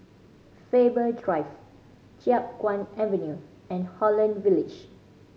Faber Drive Chiap Guan Avenue and Holland Village